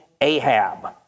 Ahab